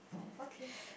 okay